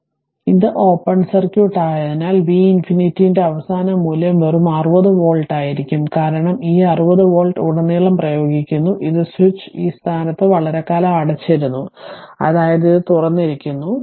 അതിനാൽ ഇത് open circuit ആയതിനാൽ V ∞ ന്റെ അവസാന മൂല്യം വെറും 60 വോൾട്ട് ആയിരിക്കും കാരണം ഈ 60 വോൾട്ട് ഉടനീളം പ്രയോഗിക്കുന്നു ഇതും സ്വിച്ചും ഈ സ്ഥാനത്ത് വളരെക്കാലം അടച്ചിരുന്നു അതായത് ഇത് തുറന്നിരിക്കുന്നു